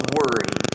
worry